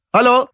Hello